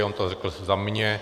On to řekl za mě.